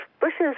bushes